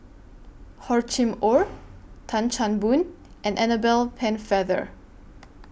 Hor Chim Or Tan Chan Boon and Annabel Pennefather